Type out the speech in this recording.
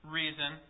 reason